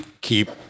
keep